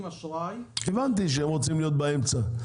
אשראי --- הבנתי שהם רוצים להיות באמצע.